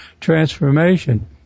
transformation